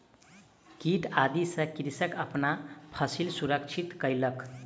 कीट आदि सॅ कृषक अपन फसिल सुरक्षित कयलक